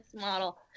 model